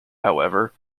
however